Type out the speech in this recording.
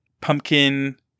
pumpkin